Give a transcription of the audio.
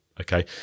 Okay